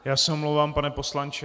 Já se omlouvám, pane poslanče.